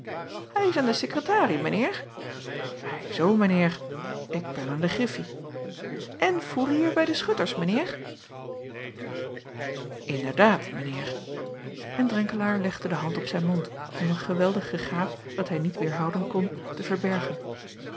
ij is aan de sekretarie mijn eer i zoo mijn eer k ben aan de griffie n foerier bij de schutters mijn eer nderdaad mijn eer en renkelaer legde de hand op zijn mond om een geweldig gegaap dat hij niet weêrhouden kon te verbergen